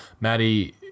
Maddie